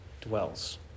dwells